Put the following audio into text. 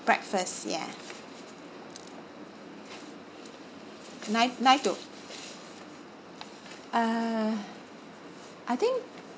breakfast ya nine nine to uh I think